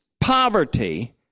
poverty